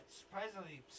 surprisingly